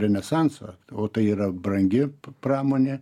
renesansą o tai yra brangi pramonė